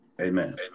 Amen